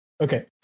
Okay